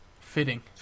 Fitting